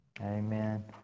Amen